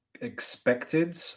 expected